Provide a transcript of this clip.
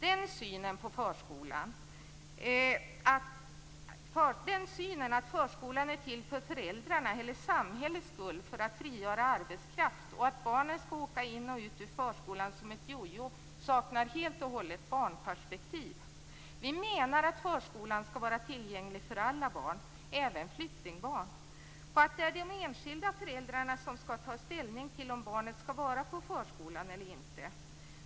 Den synen, att förskolan är till för föräldrarnas eller samhällets skull för att frigöra arbetskraft och att barnen skall åka in och ut ur förskolan som en jojo saknar helt och hållet barnperspektiv. Vi menar att förskolan skall vara tillgänglig för alla barn, även flyktingbarn. Det är de enskilda föräldrarna som skall ta ställning till om barnet skall vara på förskolan eller inte.